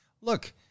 look